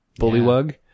bullywug